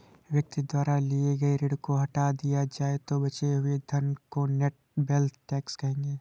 व्यक्ति द्वारा लिए गए ऋण को हटा दिया जाए तो बचे हुए धन को नेट वेल्थ टैक्स कहेंगे